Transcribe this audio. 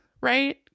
right